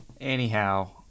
Anyhow